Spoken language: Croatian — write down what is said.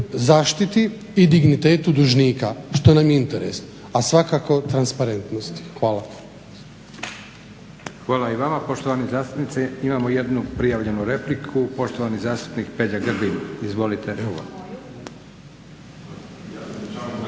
zaštiti i dignitetu dužnika što nam je i interes a svakako transparentnost. Hvala. **Leko, Josip (SDP)** Hvala i vama poštovani zastupniče. Imamo jednu prijavljenu repliku. Poštovani zastupnik Peđa Grbin. Izvolite.